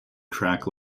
track